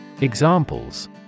Examples